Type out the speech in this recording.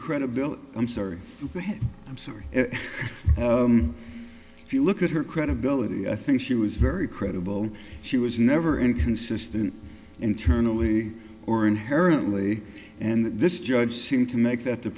credibility i'm sorry go ahead i'm sorry if you look at her credibility i think she was very credible she was never inconsistent internally or inherently and that this judge seemed to make that the